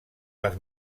les